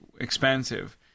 expensive